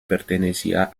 pertenecía